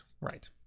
right